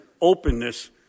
openness